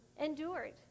endured